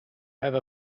have